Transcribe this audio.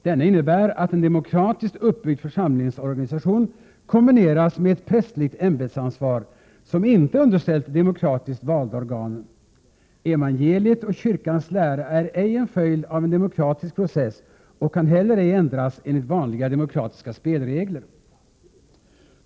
Denna innebär att en demokratiskt uppbyggd församlingsorganisation kombineras med ett prästerligt ämbetsansvar, som inte är underställt de demokratiskt valda organen. Evangeliet och kyrkans lära är ej en följd av en demokratisk process och kan heller ej ändras enligt vanliga demokratiska spelregler.